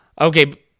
okay